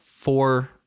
four